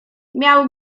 miał